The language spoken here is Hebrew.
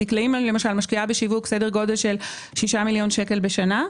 הדקלאים למשל משקיעה בשיווק סדר גודל של 6 מיליון שקל בשנה,